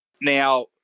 Now